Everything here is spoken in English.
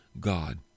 God